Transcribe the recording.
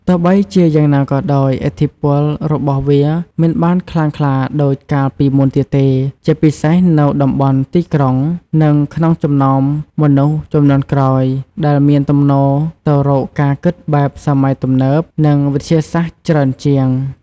ទោះបីជាយ៉ាងណាក៏ដោយ ឥទ្ធិពលរបស់វាមិនបានខ្លាំងក្លាដូចកាលពីមុនទៀតទេ ជាពិសេសនៅតំបន់ទីក្រុង និងក្នុងចំណោមមនុស្សជំនាន់ក្រោយ ដែលមានទំនោរទៅរកការគិតបែបសម័យទំនើប និងវិទ្យាសាស្ត្រច្រើនជាង។